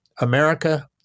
America